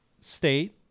State